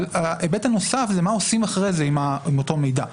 אבל ההיבט הנוסף זה מה עושים אחרי זה עם אותו מידע,